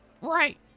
Right